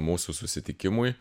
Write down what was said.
mūsų susitikimui